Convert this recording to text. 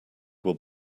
will